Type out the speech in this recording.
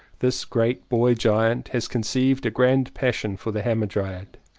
this great boy-giant has conceived a grand passion for the hamadryad.